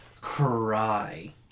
cry